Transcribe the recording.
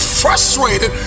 frustrated